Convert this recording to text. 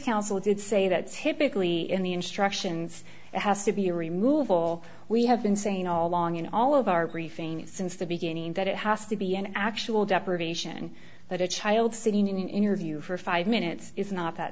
counsel did say that's hip ecclesia in the instructions it has to be remove all we have been saying all along in all of our briefing since the beginning that it has to be an actual deprivation that a child sitting in an interview for five minutes is not that